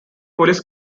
police